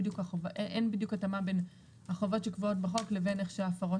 אין בדיוק התאמה בין החובות שקבועות בחוק לבין איך שההפרות